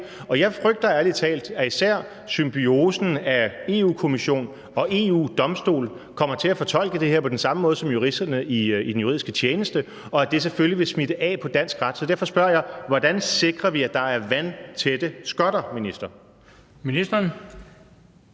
og jeg frygter ærlig talt, at især symbiosen af Europa-Kommissionen og EU-Domstolen kommer til at fortolke det her på den samme måde som juristerne i den juridiske tjeneste, og at det selvfølgelig vil smitte af på dansk ret. Så derfor spørger jeg: Hvordan sikrer vi, at der er vandtætte skotter, minister? Kl.